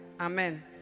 Amen